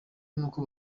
nuko